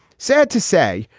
sad to say,